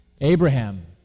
Abraham